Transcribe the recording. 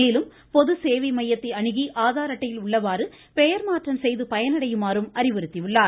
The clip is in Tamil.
மேலும் பொது சேவை மையத்தை அணுகி ஆதார் அட்டையில் உள்ளவாறு பெயர் மாற்றம் செய்து பயனடையுமாறும் அறிவுறுத்தி உள்ளார்